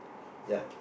ya